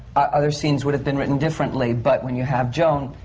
other scenes would have been written differently, but when you have joan,